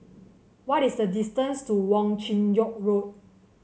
what is the distance to Wong Chin Yoke Road